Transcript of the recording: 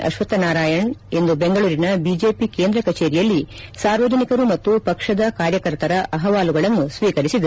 ಅಶ್ವಥನಾರಾಯಣ ಇಂದು ಬೆಂಗಳೂರಿನ ಬಿಜೆಪಿ ಕೇಂದ್ರ ಕಚೇರಿಯಲ್ಲಿ ಸಾರ್ವಜನಿಕರು ಮತ್ತು ಪಕ್ಷದ ಕಾರ್ಯಕರ್ತರ ಅಹವಾಲುಗಳನ್ನು ಸ್ವೀಕರಿಸಿದರು